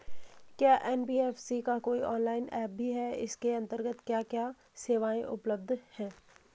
क्या एन.बी.एफ.सी का कोई ऑनलाइन ऐप भी है इसके अन्तर्गत क्या क्या सेवाएँ उपलब्ध हैं?